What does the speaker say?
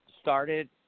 started